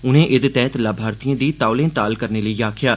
उनें एहदे तैहत लाभार्थियें दी तौले ताल करने लेई आक्खेआ